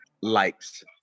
likes